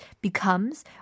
becomes